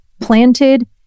planted